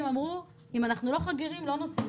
אמרו: אם אנחנו לא חגורים לא נוסעים.